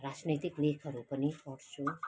राजनैतिक लेखहरू पनि पढ्छु